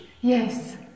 Yes